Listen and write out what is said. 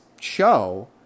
show